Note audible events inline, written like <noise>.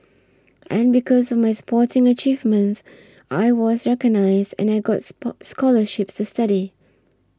and because of my sporting achievements I was recognised and I got <unintelligible> scholarships to study